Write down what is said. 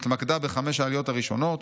התמקדה בחמש העליות הראשונות,